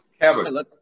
Kevin